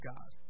God